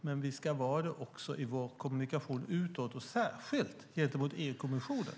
Men vi ska vara det också i vår kommunikation utåt och särskilt gentemot EU-kommissionen.